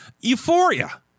euphoria